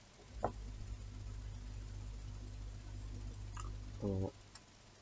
oh